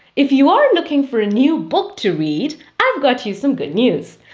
if you are looking for a new book to read, i've got you some good news.